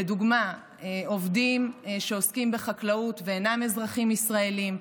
לדוגמה עובדים שעוסקים בחקלאות ואינם אזרחים ישראלים,